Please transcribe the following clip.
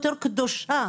יותר קדושה?